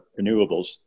renewables